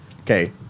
okay